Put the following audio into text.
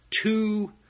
two